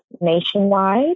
nationwide